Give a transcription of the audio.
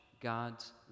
god's